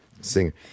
singer